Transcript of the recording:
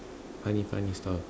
funny funny sto~